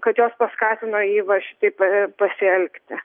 kad jos paskatino jį va šitaip pasielgti